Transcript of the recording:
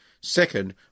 Second